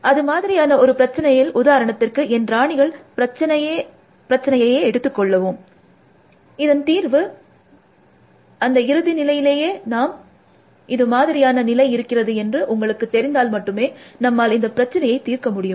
அது மாதிரியான ஒரு பிரச்சசினையில் உதாரணத்திற்கு என் ராணிகள் பிரச்சசினையையே எடுத்தது கொள்வோம் இதன் தீர்வு இத இறுதி நிலையிலேயே நாம் 0441 இது மாதிரியான நிலை இருக்கிறது என்று உங்களுக்கு தெரிந்தால் மட்டுமே நம்மால் இந்த பிரச்சசினையை தீர்க்க முடியும்